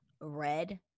red